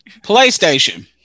PlayStation